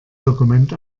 dokument